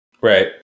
right